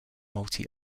multi